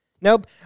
Nope